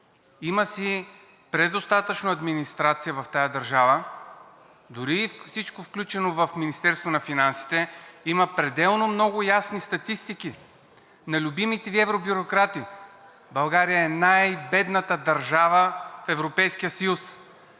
Има си предостатъчно администрация в тази държава, дори и всичко включено в Министерството на финансите, има пределно много ясни статистики на любимите Ви евробюрократи. България е най-бедната държава в Европейския съюз.